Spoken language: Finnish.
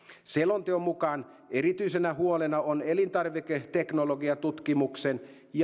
selonteon mukaan erityisenä huolena on elintarviketeknologiatutkimuksen ja